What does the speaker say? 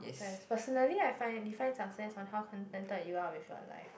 success personally I find define success on how contented you are with your life